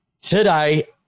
today